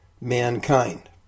mankind